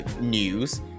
news